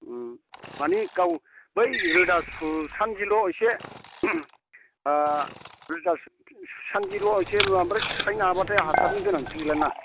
माने गाव बै रोदा सुसान्दिल' इसे रोदा सुसानदिल' एसेल' ओमफ्राय सुथायनो हाबायथाय हासारनि गोनांथि गैलाना